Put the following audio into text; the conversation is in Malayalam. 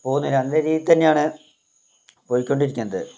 പോകുന്നില്ല നല്ല രീതിയിൽ തന്നെയാണ് പോയിക്കൊണ്ടിരിക്കുന്നത്